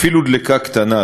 אפילו דלקה קטנה,